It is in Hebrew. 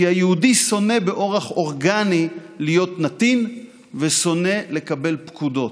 כי היהודי שונא באורח אורגני להיות נתין ושונא לקבל פקודות.